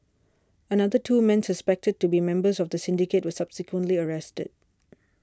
another two men suspected to be members of the syndicate were subsequently arrested